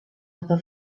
other